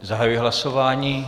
Zahajuji hlasování.